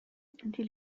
die